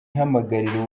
ihamagarira